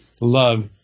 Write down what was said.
love